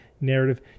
narrative